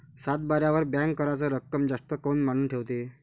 सातबाऱ्यावर बँक कराच रक्कम जास्त काऊन मांडून ठेवते?